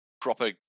proper